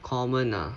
common ah